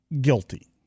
guilty